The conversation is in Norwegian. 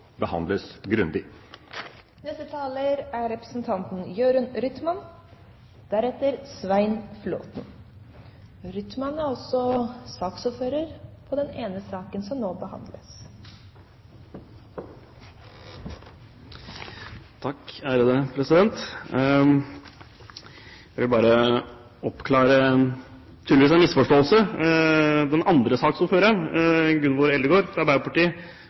behandles grundig. Jeg vil bare oppklare en – tydeligvis – misforståelse. Den andre saksordføreren, Gunvor Eldegard fra Arbeiderpartiet,